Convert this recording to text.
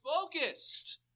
focused